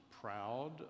proud